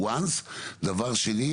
דבר שני,